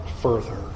further